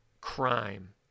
crime